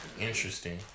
Interesting